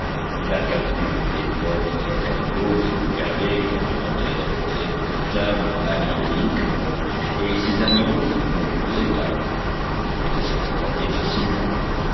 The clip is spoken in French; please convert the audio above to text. la capture des porcs faite à l'îlot fut regardée comme devant être très profitable à l'île lincoln et ces animaux furent conduits aux étables où ils devaient s'acclimater facilement